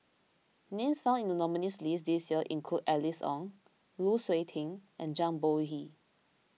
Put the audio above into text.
names found in the nominees' list this year include Alice Ong Lu Suitin and Zhang Bohe